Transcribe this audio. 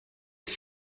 ist